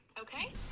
Okay